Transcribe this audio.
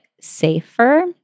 safer